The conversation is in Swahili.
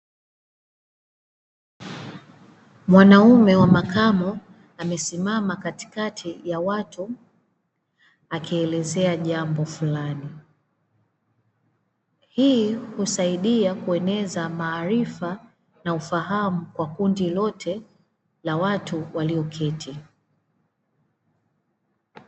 Mwanaume wa makamo amesimama katikati ya watu akielezea jambo fulani. Hii husaidia kueneza maarifa na ufahamu kwa kundi lote la watu walioketi.